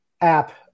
app